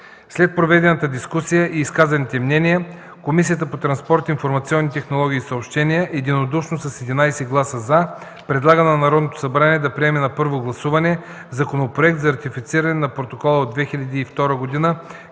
След проведената дискусия и изказаните мнения, Комисията по транспорт, информационни технологии и съобщения единодушно с 11 гласа „за” предлага на Народното събрание да приеме на първо гласуване Законопроект за ратифициране на Протокола от 2002 г.